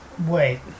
Wait